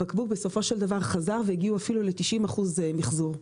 הבקבוק בסופו של דבר חזר והגיע אפילו ל-90% מחזור.